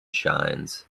shines